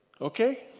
Okay